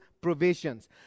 provisions